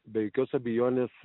be jokios abejonės